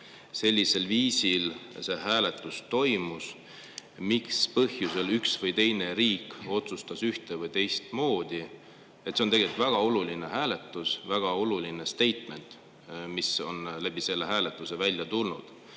sellisel viisil see hääletus toimus, mis põhjusel üks või teine riik otsustas üht- või teistmoodi. See on tegelikult väga oluline hääletus, väga olulinestatement, mis on sellest hääletusest välja tulnud.